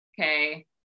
okay